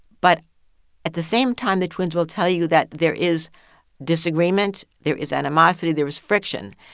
but at the same time, the twins will tell you that there is disagreement, there is animosity, there was friction.